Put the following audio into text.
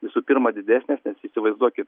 visų pirma didesnės nes įsivaizduokit